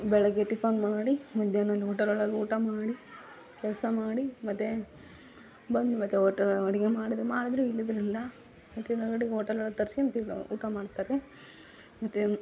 ಬೆಳಗ್ಗೆ ಟಿಫನ್ ಮಾಡಿ ಮಧ್ಯಾಹ್ನ ಊಟ ಊಟ ಮಾಡಿ ಕೆಲಸ ಮಾಡಿ ಮತ್ತು ಬಂದು ಮತ್ತು ಓಟೆಲ್ ಅಲ್ಲಿ ಅಡ್ಗೆ ಮಾಡಿದ್ರು ಮಾಡಿದರು ಇಲ್ದಿದ್ರು ಇಲ್ಲ ಮತ್ತಿಲ್ಲಿ ಒಳಗಡೆ ಓಟೆಲ್ ಒಳಗೆ ತರ್ಸ್ಕೊಂಡು ತಿನ್ ಊಟ ಮಾಡ್ತಾರೆ ಮತ್ತೆ